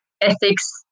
ethics